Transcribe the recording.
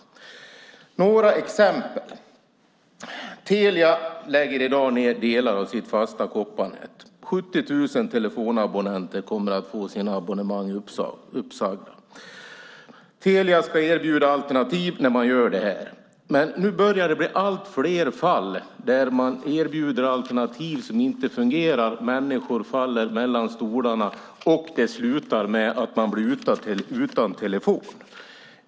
Jag ska ge några exempel. Telia lägger i dag ned delar av sitt fasta kopparnät. 70 000 telefonabonnenter kommer att få sina abonnemang uppsagda. Telia ska erbjuda alternativ när detta görs, men nu börjar det bli allt fler fall där alternativ erbjuds som inte fungerar. Människor faller mellan stolarna, och det slutar med att de blir utan telefon.